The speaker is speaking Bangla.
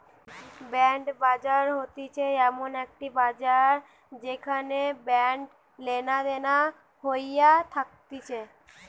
বন্ড বাজার হতিছে এমন একটি বাজার যেখানে বন্ড লেনাদেনা হইয়া থাকতিছে